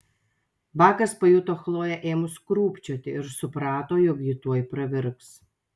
bakas pajuto chloję ėmus krūpčioti ir suprato jog ji tuoj pravirks